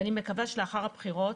ואני מקווה שלאחר הבחירות